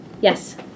Yes